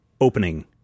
opening